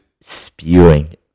Spewing